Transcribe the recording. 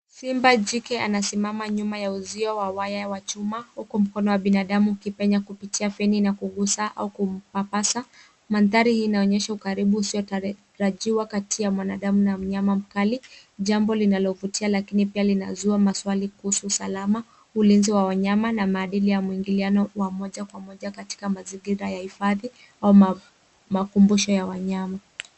Simba jike anasimama nyuma ya uzio wa waya wa chuma huko mkono wa binadamu ukipenya kupitia feni na kugusa au kumpapasa. Mandhari hii inaonyesha ukaribu usiotarajiwa kati ya mwanadamu na mnyama mkali jambo linalovutia lakini pia linazua maswali kuhusu usalama ulinzi wa wanyama na maadili ya mwingine wa moja kwa moja katika mazingira ya hifadhi au makumbusho ya wanyama.